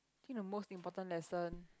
think the most important lesson